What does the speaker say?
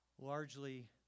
largely